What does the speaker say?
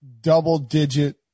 double-digit